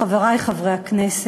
חברי חברי הכנסת,